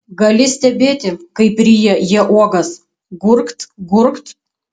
gali stebėti kaip ryja jie uogas gurkt gurkt